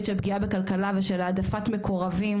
של פגיעה בכלכלה ושל העדפת מקורבים,